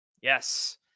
Yes